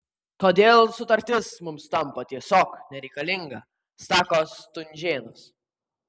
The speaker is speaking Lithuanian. todėl sutartis mums tampa tiesiog nereikalinga sako stunžėnas